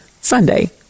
Sunday